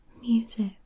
Music